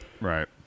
Right